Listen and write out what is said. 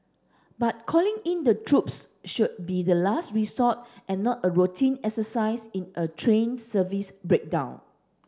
but calling in the troops should be the last resort and not a routine exercise in a train service breakdown